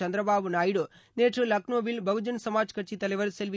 சந்திரபாபு நாயுடு நேற்று லக்னோவில் பகுஜன்சமாஜ் கட்சித் தலைவர் செல்வி